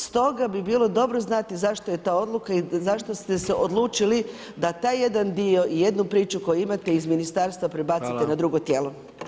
Stoga bi bilo dobro znati zašto je ta odluka i zašto ste se odlučili da taj jedan dio i jednu priču koju imate iz ministarstva prebacite na drugo tijelo.